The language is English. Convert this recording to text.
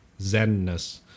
zenness